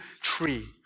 tree